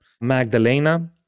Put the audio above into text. Magdalena